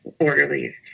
orderlies